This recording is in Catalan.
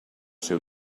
seu